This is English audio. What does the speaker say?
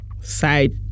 side